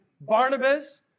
Barnabas